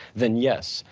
then yes.